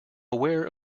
aware